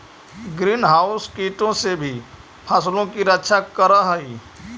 green house कीटों से भी फसलों की रक्षा करअ हई